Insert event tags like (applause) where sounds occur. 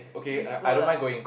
(noise) just go lah